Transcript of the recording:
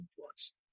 influence